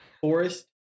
forest